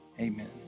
Amen